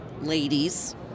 ladies